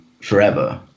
forever